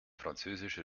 französisch